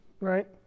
right